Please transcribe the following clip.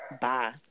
bye